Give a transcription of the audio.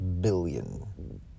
billion